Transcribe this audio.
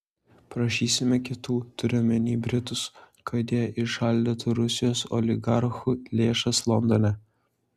prašysime kitų turiu omenyje britus kad jie įšaldytų rusijos oligarchų lėšas londone